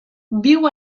viu